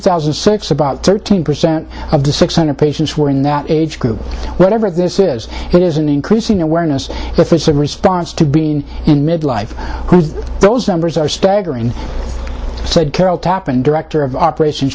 thousand and six about thirteen percent of the six hundred patients were in that age group whatever this is it is an increasing awareness but it's a response to being in mid life those numbers are staggering said carol tappen director of operations